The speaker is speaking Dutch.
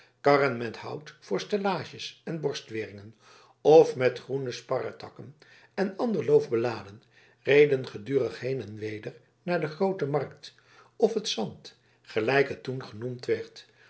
karren met hout voor stellages en borstweringen of met groene sparretakken en ander loof beladen reden gedurig heen en weder naar de groote markt of het zand gelijk het toen genoemd werd